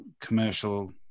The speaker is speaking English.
commercial